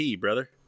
brother